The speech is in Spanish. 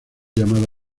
llamada